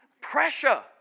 Pressure